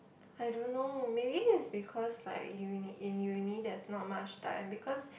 I don't know maybe is because like uni in uni there's not much time because